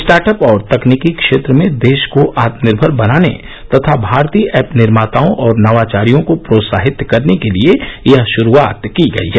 start up और तकनीकी क्षेत्र में देश को आत्मनिर्भर बनाने तथा भारतीय ऐप निर्माताओं और नवाचारियों को प्रोत्साहित करने के लिये यह श्रूआत की गई है